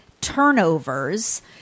turnovers